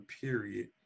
period